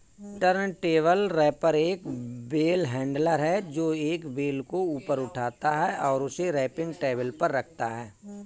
turntable wrapper एक bale handler है, जो एक बेल को ऊपर उठाता है और उसे रैपिंग टेबल पर रखता है